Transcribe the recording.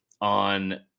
on